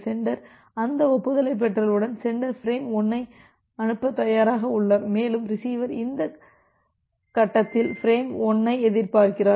centre அந்த ஒப்புதலைப் பெற்றவுடன் சென்டர் பிரேம் 1ஐ அனுப்பத் தயாராக உள்ளார் மேலும் ரிசீவர் இந்த கட்டத்தில் பிரேம் 1ஐ எதிர்பார்க்கிறார்